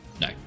No